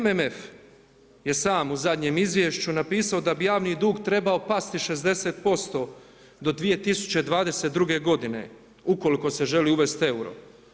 MMF je sam u zadnjem izviješću napisao da bi javni dug trebao pasti 60% do 2022. godine ukoliko se želi uvesti euro.